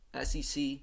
SEC